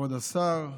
כבוד השר,